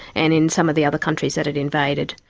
and in some of the other countries it had invaded.